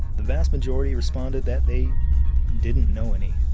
the vast majority responded that they didn't know any.